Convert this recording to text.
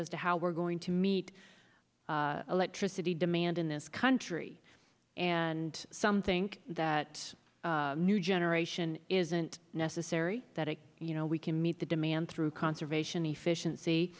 as to how we're going to meet electricity demand in this country and some think that new generation isn't necessary that it you know we can meet the demand through conservation efficiency